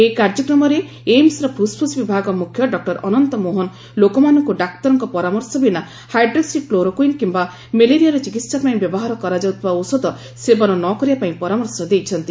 ଏହି କାର୍ଯ୍ୟକ୍ରମରେ ଏମ୍ସର ଫୁସ୍ଫୁସ୍ ବିଭାଗ ମୁଖ୍ୟ ଡକ୍ଟର ଅନନ୍ତ ମୋହନ ଲୋକମାନଙ୍କୁ ଡାକ୍ତରଙ୍କ ପରାମର୍ଶବିନା ହାଇଡ୍ରୋକ୍ସି କ୍ଲୋରୋକୁଇନ୍ କିମ୍ବା ମେଲେରିଆର ଚିକିହା ପାଇଁ ବ୍ୟବହାର କରାଯାଉଥିବା ଔଷଧ ସେବନ ନ କରିବା ପାଇଁ ପରାମର୍ଶ ଦେଇଛନ୍ତି